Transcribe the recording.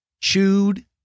chewed